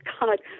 God